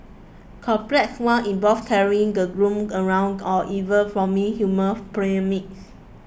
complex ones involve carrying the groom around or even forming human pyramids